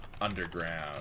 Underground